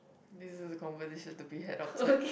this is a conversation to be had outside